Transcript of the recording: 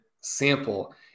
sample